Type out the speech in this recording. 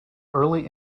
early